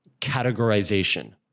categorization